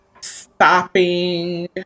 Stopping